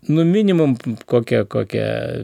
nu minimum kokia kokia